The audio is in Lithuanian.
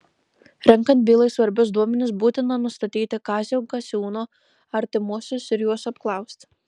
renkant bylai svarbius duomenis būtina nustatyti kazio gasiūno artimuosius ir juos apklausti